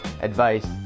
advice